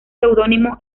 seudónimo